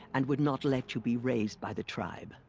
and would not let you be raised by the tribe.